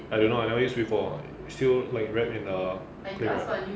I don't know I never use before like still like wrapped in a cling wrap